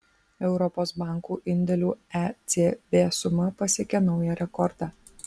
europos bankų indėlių ecb suma pasiekė naują rekordą